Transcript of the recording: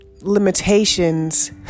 limitations